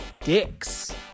dicks